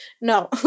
No